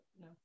No